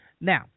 now